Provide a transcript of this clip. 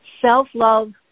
Self-love